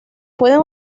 pueden